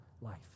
life